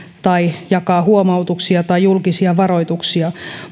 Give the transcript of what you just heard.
sekä jakaa huomautuksia tai julkisia varoituksia